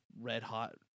red-hot